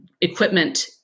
equipment